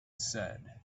said